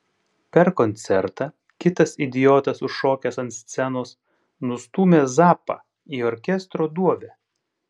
per koncertą kitas idiotas užšokęs ant scenos nustūmė zappą į orkestro duobę